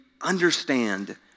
understand